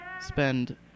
spend